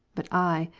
but i,